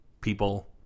people